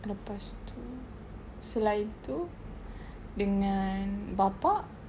lepas itu selain itu dengan bapa